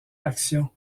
action